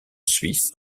suisse